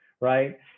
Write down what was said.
right